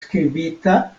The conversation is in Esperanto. skribita